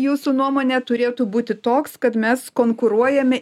jūsų nuomone turėtų būti toks kad mes konkuruojame